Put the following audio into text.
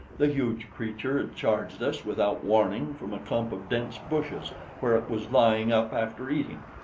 the huge creature had charged us without warning from a clump of dense bushes where it was lying up after eating.